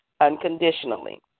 unconditionally